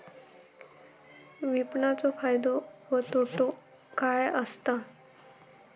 विपणाचो फायदो व तोटो काय आसत?